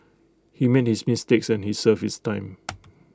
he made his mistakes and he served his time